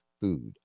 food